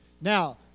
Now